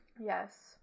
yes